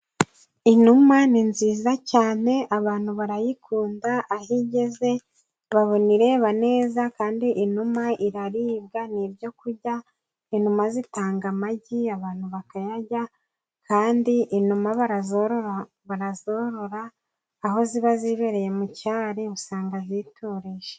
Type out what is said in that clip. Inuma ni nziza cyane abantu barayikunda, aho igeze babona ireba neza, kandi inuma iraribwa ni ibyo kurya. Inuma zitanga amagi abantu bakayarya, kandi inuma barazorora, aho ziba zibereye mu cyari usanga zitonze